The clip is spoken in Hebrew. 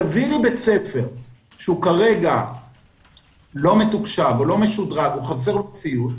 תביא לי בית ספר שהוא כרגע לא מתוקשב או לא משודרג או חסר לו ציוד,